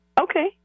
Okay